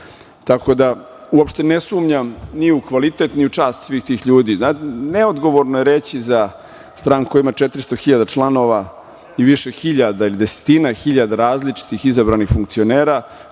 tako da uopšte ne sumnjam ni u kvalitet, ni u čast svih tih ljudi. Neodgovorno je reći za stranku koja ima 400 hiljada članova i više hiljada, desetina hiljada različitih izabranih funkcionera,